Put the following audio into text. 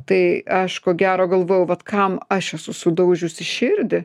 tai aš ko gero galvojau vat kam aš esu sudaužiusi širdį